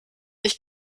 ich